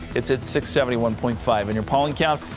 it said six seventy one point five in your pollen count.